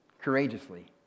courageously